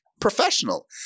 professional